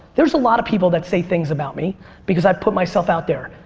there's a lot of people that say things about me because i've put myself out there.